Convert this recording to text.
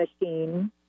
machine